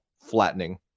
flattening